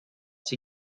sie